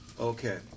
Okay